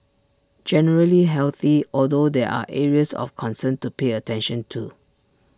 generally healthy although there are areas of concern to pay attention to